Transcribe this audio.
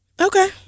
Okay